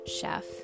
chef